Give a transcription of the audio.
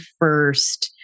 first